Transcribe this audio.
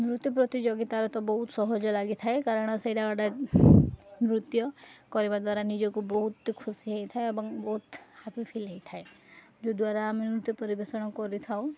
ନୃତ୍ୟ ପ୍ରତିଯୋଗିତାର ତ ବହୁତ ସହଜ ଲାଗିଥାଏ କାରଣ ସେଇଟା ଗୋଟେ ନୃତ୍ୟ କରିବା ଦ୍ୱାରା ନିଜକୁ ବହୁତ ଖୁସି ହେଇଥାଏ ଏବଂ ବହୁତ ହାପି ଫିଲ୍ ହେଇଥାଏ ଯଦ୍ୱାରା ଆମେ ନୃତ୍ୟ ପରିବେଷଣ କରିଥାଉ